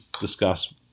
discuss